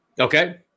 Okay